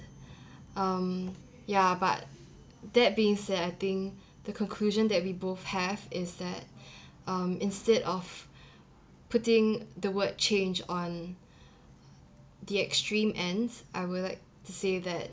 um ya but that being said I think the conclusion that we both have is that um instead of putting the word change on the extreme ends I would like to say that